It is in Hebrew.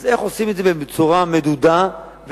אז איך עושים את זה בצורה מדודה ונכונה?